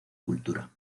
cultura